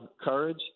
courage